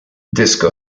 disco